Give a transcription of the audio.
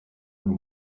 wari